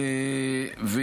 תודה רבה.